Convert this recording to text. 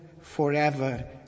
forever